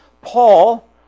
Paul